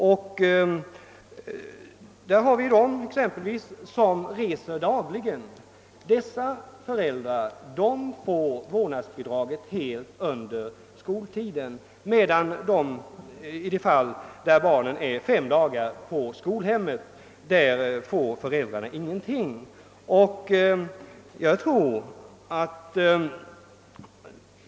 Föräldrarna till de barn som reser dagligen får i regel helt vårdnadsbidrag under skoltiden, medan föräldrarna till de barn som vistas på skolhemmet under fem dagar inte får någonting.